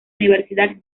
universidad